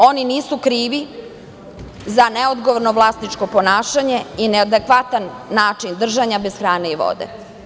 Oni nisu krivi za neodgovorno vlasničko ponašanje i neadekvatan način držanja bez hrane i vode.